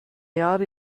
jahre